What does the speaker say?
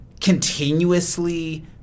continuously